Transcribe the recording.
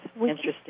Interesting